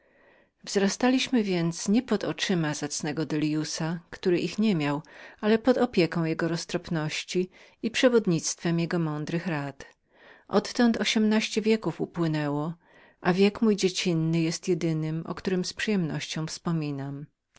wzrastaliśmy więc nie pod oczyma zacnego delliusa który ich nie miał ale pod opieką jego roztropności i przewodnictwem jego mądrych rad odtąd ośmnaście wieków upłynęło a wiek mój dziecinny jest jedynym o którym z przyjemnością wspominam